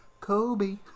Kobe